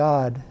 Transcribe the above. God